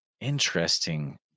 interesting